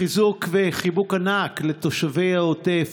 חיזוק וחיבוק ענק לתושבי העוטף,